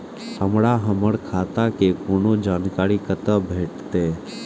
हमरा हमर खाता के कोनो जानकारी कते भेटतै